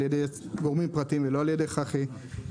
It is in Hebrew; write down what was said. ידי גורמים פרטיים ולא על ידי חברת החשמל לישראל.